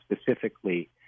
specifically